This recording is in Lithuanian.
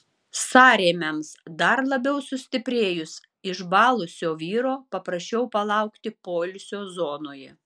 sąrėmiams dar labiau sustiprėjus išbalusio vyro paprašiau palaukti poilsio zonoje